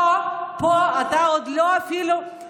פה אתה עוד לא התארסת,